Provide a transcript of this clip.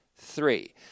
Three